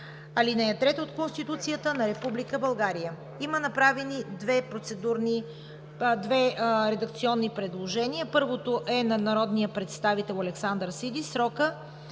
ал. 3 от Конституцията на Република България.“ Има направени две редакционни предложения: първото е на народния представител Александър Сиди – срокът